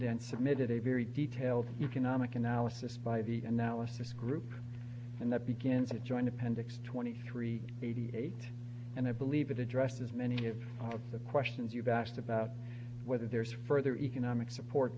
and submitted a very detailed economic analysis by the analysis group and that begins a joint appendix twenty three eighty eight and i believe it addresses many of the questions you've asked about whether there's further economic support